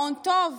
מעון טוב,